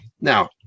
Now